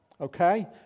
okay